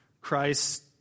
Christ